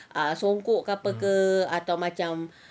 ah songkok ke apa ke atau macam